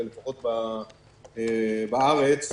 לפחות בארץ,